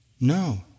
No